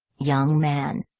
young man,